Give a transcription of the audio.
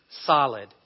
solid